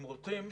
אם רוצים,